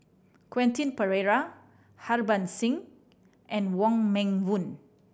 Quentin Pereira Harbans Singh and Wong Meng Voon